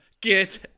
Get